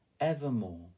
evermore